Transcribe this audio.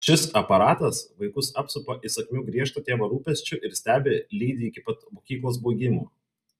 šis aparatas vaikus apsupa įsakmiu griežto tėvo rūpesčiu ir stebi lydi iki pat mokyklos baigimo